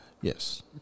Yes